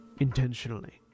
intentionally